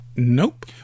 Nope